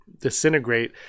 disintegrate